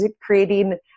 creating